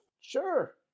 Sure